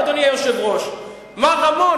אדוני היושב-ראש, ומי עוד מדבר?